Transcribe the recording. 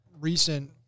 recent